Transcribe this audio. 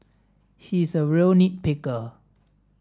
he is a real nit picker